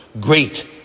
great